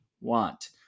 want